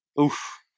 oof